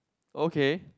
okay